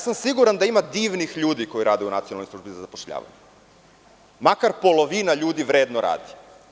Siguran sam da ima divnih ljudi koji rade u Nacionalnoj službi za zapošljavanje, makar polovina ljudi vredno radi.